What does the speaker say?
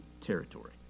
territory